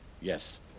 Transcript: Yes